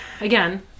again